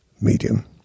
medium